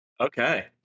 Okay